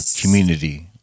community